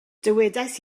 dywedais